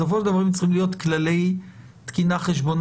בסופו של דבר הם צריכים להיות כללי תקינה חשבונאית,